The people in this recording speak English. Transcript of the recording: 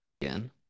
again